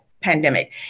pandemic